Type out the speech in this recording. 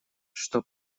что